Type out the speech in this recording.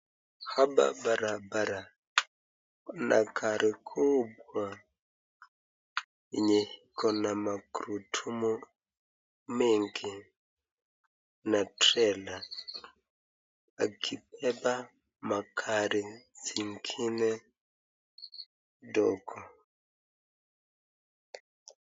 Hapa barabara, kuna gari kubwa yenye iko na magurudumu mengi na trela akibeba magari zingine dogo.